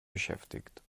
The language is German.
beschäftigt